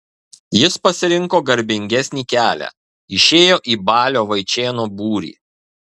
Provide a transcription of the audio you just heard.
jis pasirinko garbingesnį kelią išėjo į balio vaičėno būrį